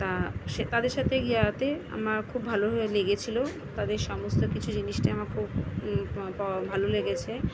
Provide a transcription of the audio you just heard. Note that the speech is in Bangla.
তা সে তাদের সাথে গিয়ে তো আমার খুব ভালো হো লেগেছিল তাদের সমস্ত কিছু জিনিসটি আমার খুব বাওয়া ভালো লেগেছে